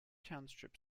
township